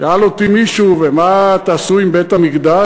שאל אותי מישהו: ומה תעשו עם בית-המקדש?